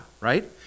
right